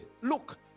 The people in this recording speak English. look